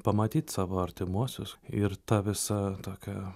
pamatyt savo artimuosius ir ta visa tokia